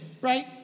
Right